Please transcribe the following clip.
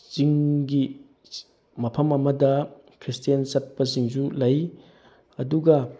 ꯆꯤꯡꯒꯤ ꯃꯐꯝ ꯑꯃꯗ ꯈ꯭ꯔꯤꯁꯇꯦꯟ ꯆꯠꯄꯁꯤꯡꯁꯨ ꯂꯩ ꯑꯗꯨꯒ